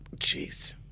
Jeez